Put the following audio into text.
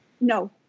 No